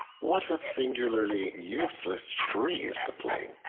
what a singularly useless tree is the plane!